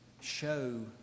show